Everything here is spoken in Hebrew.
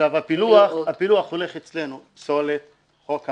הפילוח הולך אצלנו פסולת, חוק המים,